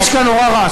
יש כאן נורא רעש.